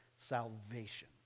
Salvation